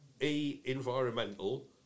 E-Environmental